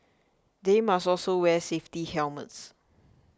they must also wear safety helmets